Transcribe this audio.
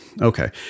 Okay